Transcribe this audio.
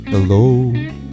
Hello